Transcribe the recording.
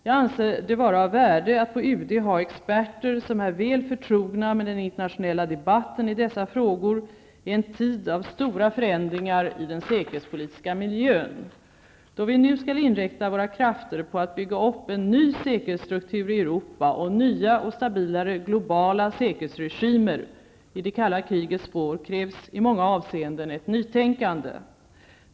Jag anser det vara av värde att på UD ha experter som är väl förtrogna med den internationella debatten i dessa frågor i en tid av stora förändringar i den säkerhetspolitiska miljön. Då vi nu skall inrikta våra krafter på att bygga upp en ny säkerhetsstruktur i Europa och nya och stabilare globala säkerhetsregimer i det kalla krigets spår, krävs i många avseenden ett nytänkande.